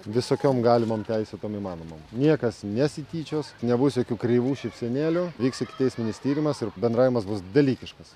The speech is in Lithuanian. visokiom galimom teisėtom įmanomom niekas nesityčios nebus jokių kreivų šypsenėlių vyks ikiteisminis tyrimas ir bendravimas bus dalykiškas